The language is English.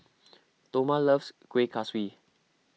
Toma loves Kueh Kaswi